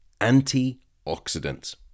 Antioxidants